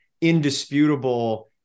indisputable